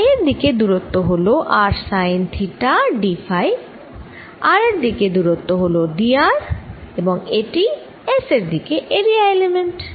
phi এর দিকে দুরত্ব হল r sine theta d phi r এর দিকে দুরত্ব হল d r এবং এটিই S এর দিকে এরিয়া এলিমেন্ট